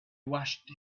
watched